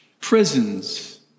prisons